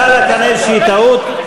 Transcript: חלה כאן איזושהי טעות.